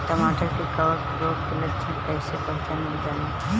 टमाटर मे कवक रोग के लक्षण कइसे पहचानल जाला?